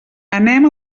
anem